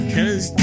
Cause